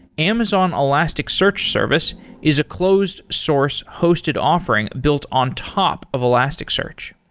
amazon elasticsearch service is a closed source hosted offering built on top of elasticsearch.